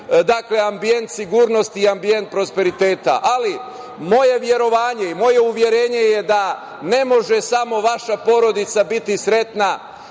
deci ambijent sigurnosti i ambijent prosperiteta, ali moje verovanje i moje uverenje je da ne može samo vaša porodica biti sretna